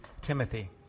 Timothy